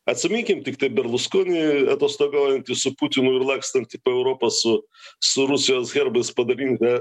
atsiminkim tiktai berluskonį atostogaujantį su putinu ir lakstantį po europą su su rusijos herbais padabinta